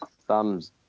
thumbs